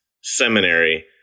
Seminary